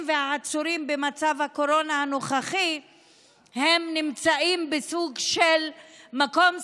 והעצורים במצב הקורונה הנוכחי נמצאים בסוג של מקום סגור,